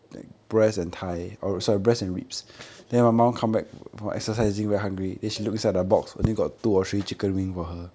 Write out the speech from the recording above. oh okay ah